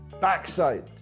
backside